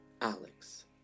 Alex